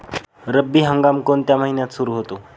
रब्बी हंगाम कोणत्या महिन्यात सुरु होतो?